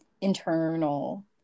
internal